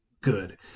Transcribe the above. good